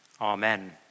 Amen